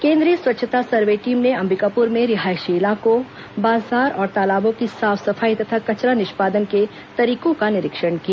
केन्द्रीय स्वच्छता survey team ने अंबिकापुर में रियाहशी इलाकों बाजार और तालाबों की साफ सफाई तथा कचरा निष्पादन के तरीकों का निरीक्षण किया